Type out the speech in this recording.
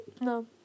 No